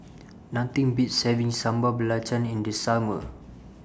Nothing Beats having Sambal Belacan in The Summer